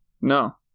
No